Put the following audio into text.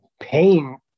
pain